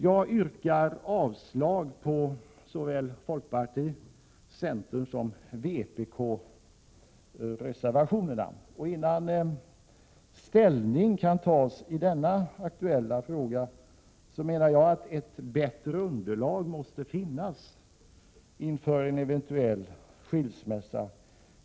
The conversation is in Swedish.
Jag yrkar alltså avslag på folkpartiets, centerns och vpk:s reservationer. Jag menar att ett bättre underlag måste finnas innan ställning kan tas i den aktuella frågan om en eventuell skilsmässa.